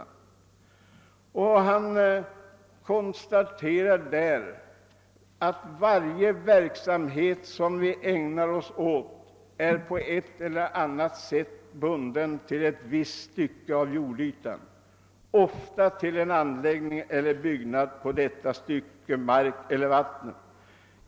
Han konstaterar där följande: »Varje verksamhet som vi ägnar oss åt är på ett eller annat sätt bunden till ett visst stycke av jordytan, ofta till en anläggning eller byggnad på detta stycke mark elier vatten.